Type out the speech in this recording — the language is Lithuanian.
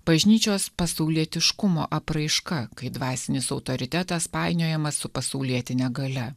bažnyčios pasaulietiškumo apraiška kai dvasinis autoritetas painiojamas su pasaulietine galia